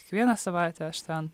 kiekvieną savaitę aš ten